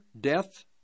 death